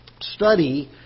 study